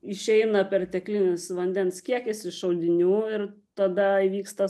išeina perteklinis vandens kiekis iš audinių ir tada įvyksta